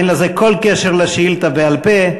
אין לזה כל קשר לשאילתה בעל-פה.